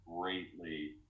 greatly